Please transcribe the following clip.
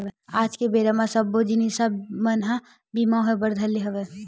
आज के बेरा म सब्बो जिनिस मन के बीमा होय बर धर ले हवय